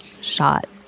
Shot